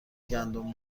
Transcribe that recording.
گندم